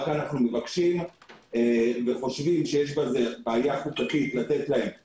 רק חושבים שיש לזה בעיה חוקתית לתת להם פטור.